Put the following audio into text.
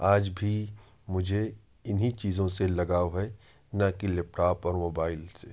آج بھی مجھے انہیں چیزوں سے لگاؤ ہے نہ کہ لیپ ٹاپ اور موبائل سے